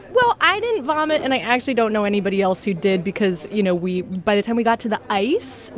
well, i didn't vomit and i actually don't know anybody else who did because, you know, we by the time we got to the ice,